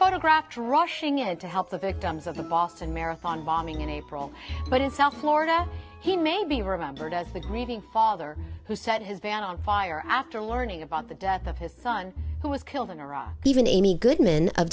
photographed rushing in to help the victims of the boston marathon bombing in april but in south florida he may be remembered as the grieving father who set his bat on fire after arning about the death of his son who was killed in iraq even amy goodman of